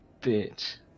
bitch